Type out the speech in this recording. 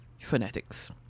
phonetics